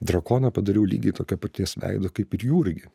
drakoną padariau lygiai tokio paties veido kaip ir jurgį